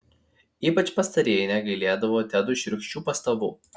ypač pastarieji negailėdavo tedui šiurkščių pastabų